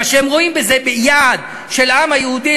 אלא שהם רואים בזה יעד של העם היהודי,